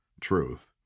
truth